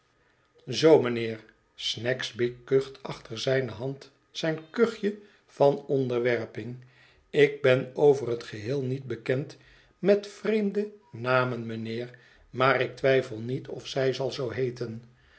zoo mijnheer snagsby kucht achter zijne hand zijn kuchje van onderwerping ik ben over het geheel niet bekend met vreemde namen mijnheer maar ik twijfel rvet of zij zal zoo heeten